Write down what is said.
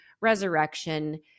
resurrection